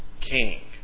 king